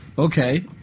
Okay